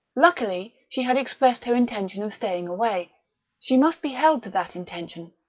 luckily she had expressed her intention of staying away she must be held to that intention.